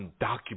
undocumented